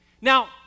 Now